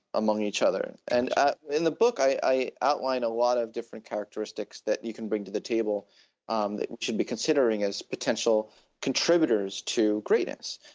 among each other. and in the book i outline a lot of different characteristics that you can bring to the table um that you should be considering as potential contributors to greatness.